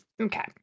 Okay